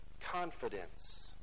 confidence